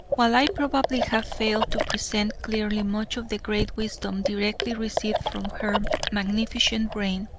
while i probably have failed to present clearly much of the great wisdom directly received from her magnificent brain,